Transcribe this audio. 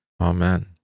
Amen